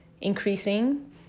increasing